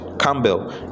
Campbell